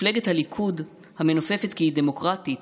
מפלגת הליכוד, המנופפת כי היא דמוקרטית,